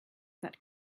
that